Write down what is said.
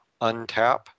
untap